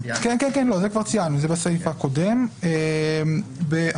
כן, את זה כבר ציינו, בסעיף הקודם.